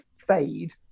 fade